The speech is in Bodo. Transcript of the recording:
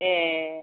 ए